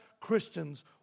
Christians